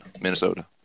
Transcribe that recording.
Minnesota